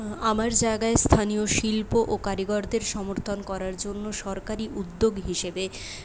আমার জায়গায় স্থানীয় শিল্প ও কারিগরদের সমর্থন করার জন্য সরকারি উদ্যোগ হিসেবে